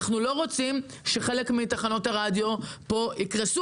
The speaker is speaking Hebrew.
אנחנו לא רוצים שחלק מתחנות הרדיו יקרסו.